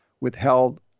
withheld